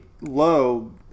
low